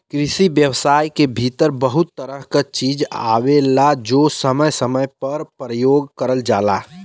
कृषि व्यवसाय के भीतर बहुत तरह क चीज आवेलाजो समय समय पे परयोग करल जाला